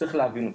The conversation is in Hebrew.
צריך להבין אותו.